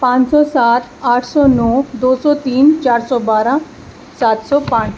پانچ سو سات آٹھ سو نو دو سو تین چار سو بارہ سات سو پانچ